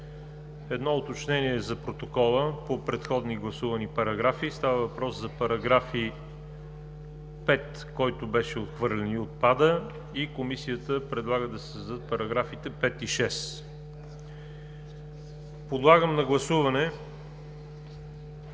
Едно уточнение за протокола по предходни гласувани параграфи – става въпрос за § 5, който беше отхвърлен и отпада, а Комисията предлага да се създадат параграфите 5 и 6. Подлагам на гласуване